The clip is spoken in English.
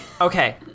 Okay